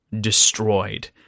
destroyed